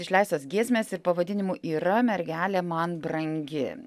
išleistos giesmės ir pavadinimu yra mergelė man brangi